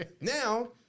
Now